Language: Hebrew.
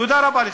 תודה רבה לך.